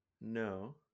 No